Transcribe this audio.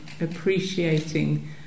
appreciating